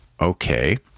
okay